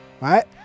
Right